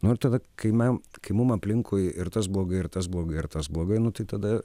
nu ir tada kai man kai mum aplinkui ir tas blogai ir tas blogai ir tas blogai nu tai tada